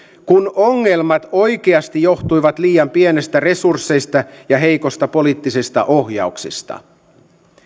kun ongelmat oikeasti johtuivat liian pienistä resursseista ja heikosta poliittisesta ohjauksesta